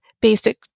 basic